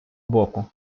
боку